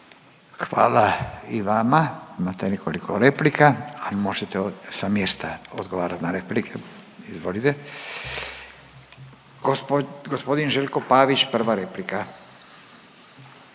Hvala i vama, imate nekoliko replika, ali možete sa mjesta odgovarat na replike, izvolite. Gospodin Željko Pavić prva replika.